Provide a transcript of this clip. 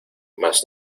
mas